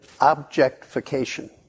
objectification